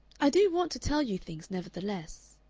i do want to tell you things, nevertheless.